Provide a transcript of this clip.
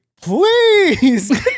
please